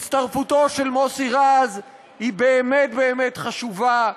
הצטרפותו של מוסי רז היא באמת באמת חשובה,